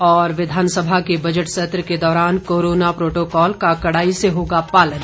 और विधानसभा के बजट सत्र के दौरान कोरोना प्रोटोकोल का कड़ाई से होगा पालन